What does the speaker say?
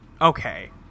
Okay